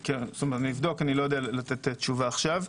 איני יכול לתת תשובה עכשיו.